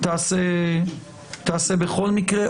תעשו גם אתם בכל מקרה.